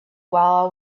while